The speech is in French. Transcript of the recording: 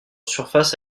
surface